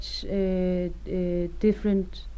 different